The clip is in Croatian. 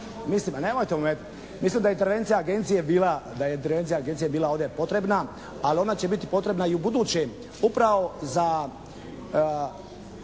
bila, da je intervencija Agencije bila ovdje potrebna ali ona će biti potrebna i ubuduće upravo za